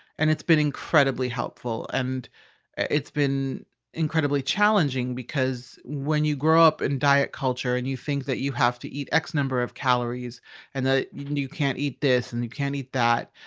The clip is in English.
and it's been incredibly helpful and it's been incredibly challenging, because when you grow up in diet culture and you think that you have to eat x number of calories and you, you can't eat this and you can't eat that.